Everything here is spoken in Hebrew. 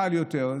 קל יותר,